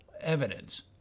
evidence